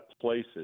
places